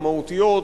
המהותיות,